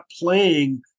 playing